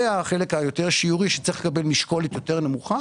זה החלק היותר שיורי שצריך לקבל משקולת יותר נמוכה.